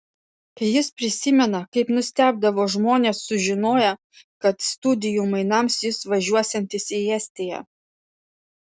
jis prisimena kaip nustebdavo žmonės sužinoję kad studijų mainams jis važiuosiantis į estiją